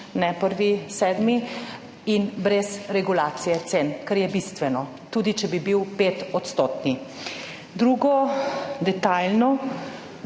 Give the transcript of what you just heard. ne 1. 7., in brez regulacije cen, kar je bistveno, tudi če bi bil 5-odstotni. Drugo. Detajlno